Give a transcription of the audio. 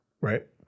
right